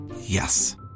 Yes